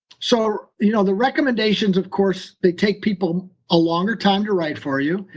so you know the recommendations, of course, they take people a longer time to write for you.